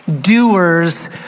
doers